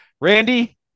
Randy